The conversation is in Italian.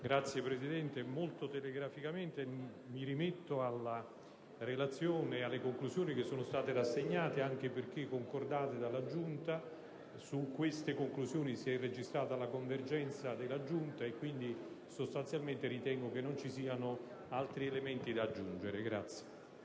Signor Presidente, molto telegraficamente, mi rimetto alla relazione e alle conclusioni che sono state rassegnate, anche perché concordate dalla Giunta. Su queste conclusioni si è registrata la convergenza della Giunta e quindi sostanzialmente ritengo non vi siano altri elementi da aggiungere.